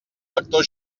lector